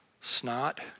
snot